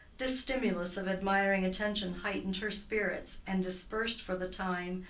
this stimulus of admiring attention heightened her spirits, and dispersed, for the time,